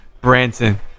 Branson